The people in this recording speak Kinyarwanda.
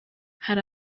hari